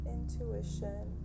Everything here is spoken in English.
Intuition